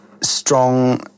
strong